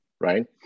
right